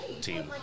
team